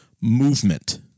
movement